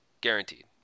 Guaranteed